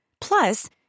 Plus